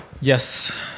Yes